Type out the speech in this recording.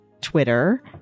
twitter